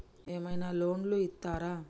ఏమైనా లోన్లు ఇత్తరా?